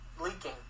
leaking